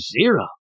Zero